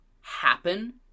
happen